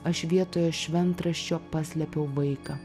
aš vietoje šventraščio paslėpiau vaiką